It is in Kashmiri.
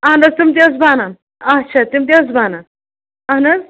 اَہَن حظ تِم تہِ ٲس بَنَن اچھا تِم تہِ حظ بَنَن اَہن حظ